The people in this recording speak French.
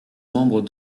membre